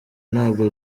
ntabwo